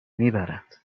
میبرد